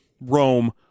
Rome